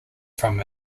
from